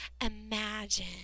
imagine